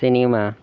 cinema